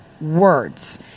words